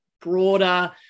broader